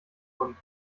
kunden